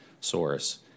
source